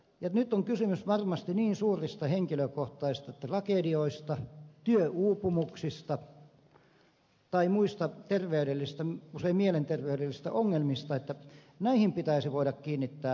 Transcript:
nyt on kysymys varmasti niin suurista henkilökohtaisista tragedioista työuupumuksista tai muista terveydellisistä usein mielenterveydellisistä ongelmista että näihin pitäisi voida kiinnittää huomiota